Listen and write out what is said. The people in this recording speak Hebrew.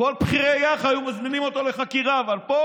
כל בכירי יח"א היו מזמינים אותו לחקירה, אבל פה